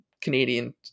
canadian